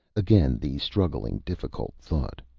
again the struggling, difficult thought.